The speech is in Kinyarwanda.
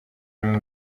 rurimi